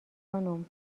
خانم